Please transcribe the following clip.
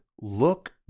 look